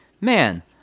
man